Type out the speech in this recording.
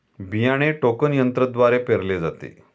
बियाणे टोकन यंत्रद्वारे पेरले जाते